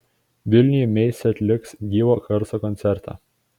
vilniuje meisi atliks gyvo garso koncertą